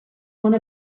one